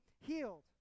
healed